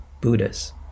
Buddhas